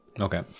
Okay